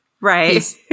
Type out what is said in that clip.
right